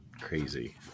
crazy